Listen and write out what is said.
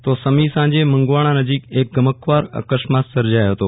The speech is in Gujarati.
તો સમો સાંજ મંગવાણા નજીક અક ગમખ્વાર અકસ્માત સજાયો હતો